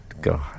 God